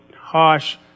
harsh